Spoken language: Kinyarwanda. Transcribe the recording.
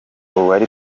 uwari